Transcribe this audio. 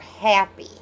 happy